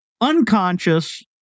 unconscious